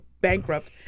bankrupt